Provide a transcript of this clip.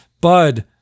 bud